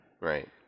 right